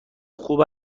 خوب